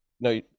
No